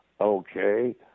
okay